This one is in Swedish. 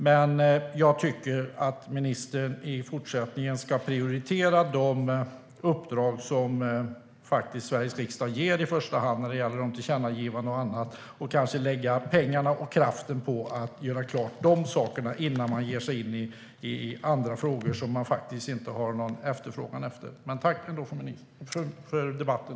Men jag tycker att ministern i fortsättningen ska prioritera de uppdrag som Sveriges riksdag faktiskt ger i första hand när det gäller tillkännagivanden och annat och kanske lägga pengarna och kraften på att göra klart dessa saker innan man ger sig in på andra frågor där det inte finns någon efterfrågan. Jag tackar för debatten.